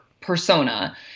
persona